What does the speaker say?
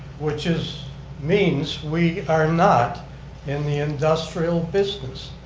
which is means we are not in the industrial business.